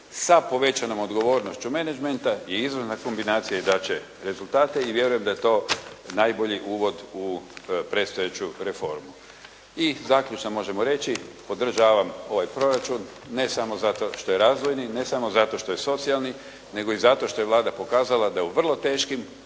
sa povećanom odgovornošću menagmenta je izvrsna kombinacija i dat će rezultate i vjerujem da je to najbolji uvod u predstojeću reformu. I zaključno možemo reći, podržavam ovaj proračun, ne samo što zato što je razvojni, ne samo zato što je socijalni, nego i zato što je Vlada pokazala da u vrlo teškim